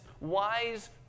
wise